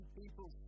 people